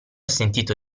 sentito